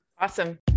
Awesome